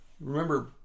Remember